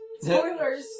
Spoilers